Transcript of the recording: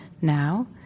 now